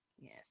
Yes